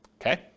okay